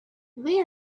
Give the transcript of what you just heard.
they